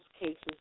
cases